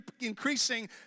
increasing